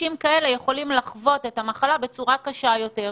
ושאנשים כאלה יכולים לחוות את המחלה בצורה קשה יותר.